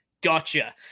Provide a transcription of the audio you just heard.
Gotcha